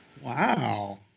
Wow